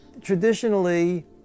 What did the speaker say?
Traditionally